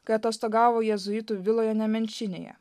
kai atostogavo jėzuitų viloje nemenčinėje